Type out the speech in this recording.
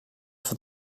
for